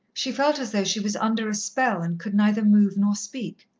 she felt as though she was under a spell and could neither move nor speak.